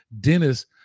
Dennis